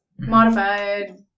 Modified